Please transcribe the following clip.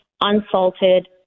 unsalted